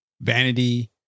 vanity